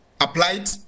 applied